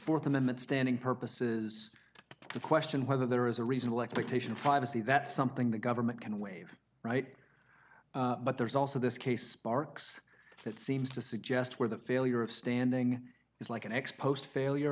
for th amendment standing purposes to question whether there is a reasonable expectation of privacy that's something the government can waive right but there's also this case sparks that seems to suggest where the failure of standing is like an ex post failure